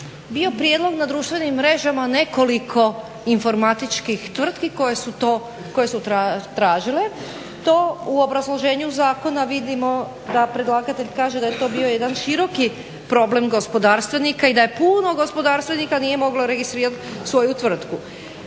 bio prijedlog na društvenim mrežama nekoliko informatičkih tvrtki koje su to tražile. U obrazloženju zakona vidimo da predlagatelj kaže da je to bio jedan širok problem gospodarstvenika i da puno gospodarstvenika nije moglo registrirati svoju tvrtku.